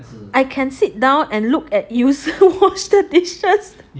I can sit down and look at you wash the dishes